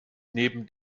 neben